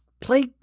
play